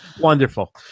wonderful